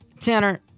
Tanner